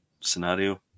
scenario